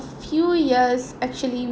few years actually